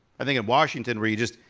i think in washington where you just,